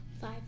Five